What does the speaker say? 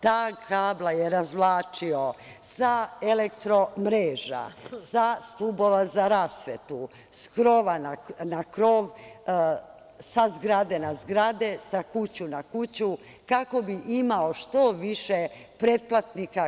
Te kablove je razvlačio sa elektro mreža, sa stubova za rasvetu, s krova na krov, sa zgrade na zgrade, sa kuće na kuću kako bi imao što više pretplatnika.